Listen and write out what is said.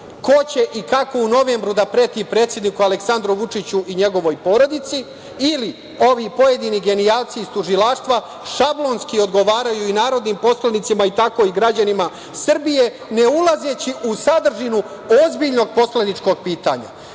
ko će i kako u novembru da preti predsedniku Aleksandru Vučiću i njegovoj porodici? Ili ovi pojedini genijalci iz tužilaštva šablonski odgovaraju i narodnim poslanicima, a tako i građanima Srbije ne ulazeći u sadržinu ozbiljnog poslaničkog pitanja. Tačno